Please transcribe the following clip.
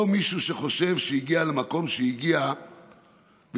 לא מישהו שחושב שהגיע למקום שהגיע ויכול